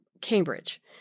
Cambridge